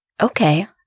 Okay